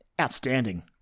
Outstanding